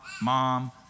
mom